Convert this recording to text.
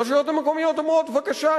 הרשויות המקומיות אומרות: בבקשה,